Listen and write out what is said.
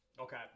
Okay